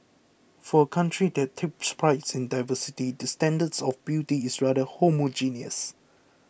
for a country that takes prides in diversity the standards of beauty is rather homogeneous